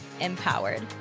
empowered